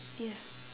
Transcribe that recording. ya